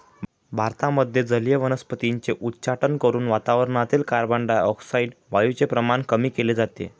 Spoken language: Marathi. भारतामध्ये जलीय वनस्पतींचे उच्चाटन करून वातावरणातील कार्बनडाय ऑक्साईड वायूचे प्रमाण कमी केले जाते